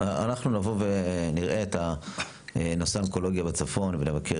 אנחנו נבוא ונראה את הנושא האונקולוגי בצפון ונבקר